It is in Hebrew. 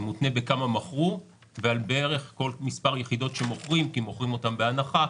זה מותנה בכמה מכרו ועל כל מספר יחידות שמוכרים כי מוכרים אותן בהנחה,